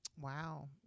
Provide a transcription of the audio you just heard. Wow